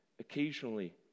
Occasionally